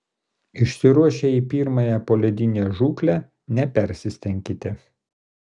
išsiruošę į pirmąją poledinę žūklę nepersistenkite